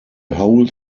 whole